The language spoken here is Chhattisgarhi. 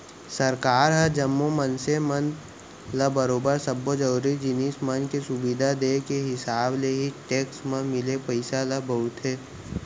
सरकार ह जम्मो मनसे मन ल बरोबर सब्बो जरुरी जिनिस मन के सुबिधा देय के हिसाब ले ही टेक्स म मिले पइसा ल बउरथे